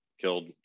killed